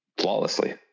flawlessly